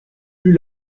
plus